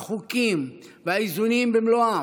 החוקים והאיזונים במלואם,